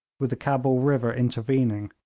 with the cabul river intervening.